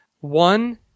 One